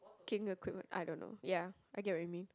keeping the equipment I don't know ya I get what you mean